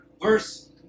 verse